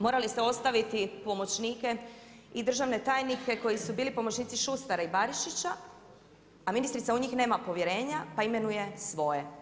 Morali ste ostaviti pomoćnike i državne tajnike koji su bili pomoćnici Šustera i Barišića, a ministrica u njih nema povjerenja, pa imenuje svoje.